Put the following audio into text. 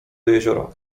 jeziora